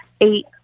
eight